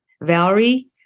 Valerie